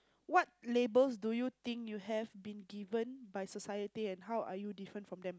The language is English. what labels do you think you have been given by society and how are you different from them